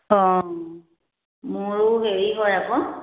অঁ মোৰো হেৰি হয় আকৌ